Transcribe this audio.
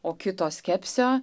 o kito skepsio